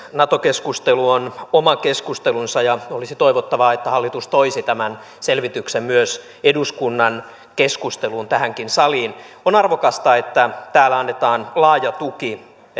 nato keskustelu on oma keskustelunsa ja olisi toivottavaa että hallitus toisi tämän selvityksen myös eduskunnan keskusteluun tähän saliin on arvokasta että täällä annetaan laaja tuki